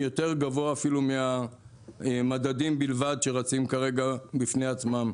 יותר גבוה אפילו מהמדדים בלבד שרצים כרגע בפני עצמם,